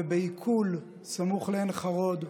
ובעיקול, סמוך לעין חרוד,